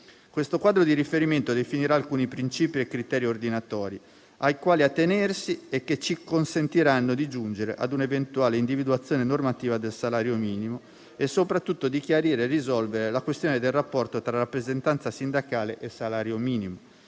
Questo quadro di riferimento definirà alcuni principi e criteri ordinatori ai quali attenersi, che ci consentiranno di giungere a un'eventuale individuazione normativa del salario minimo e soprattutto di chiarire e risolvere la questione del rapporto tra rappresentanza sindacale e salario minimo,